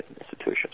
institutions